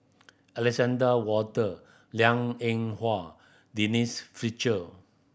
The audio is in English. Alexander Wolter Liang Eng Hwa Denise Fletcher